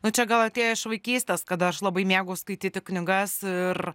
nu čia gal atėjo iš vaikystės kada aš labai mėgau skaityti knygas ir